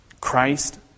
Christ